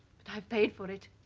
but i've paid for it